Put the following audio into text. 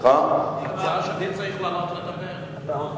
שאני צריך לעלות לדבר עליה.